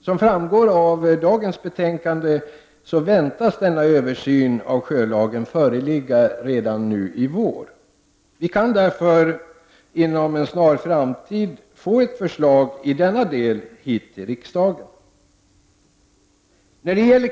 Som framgår av dagens betänkande väntas denna översyn av sjölagen föreligga redan nu i vår. Vi kan därför inom en snar framtid få ett förslag i denna del hit till riksdagen.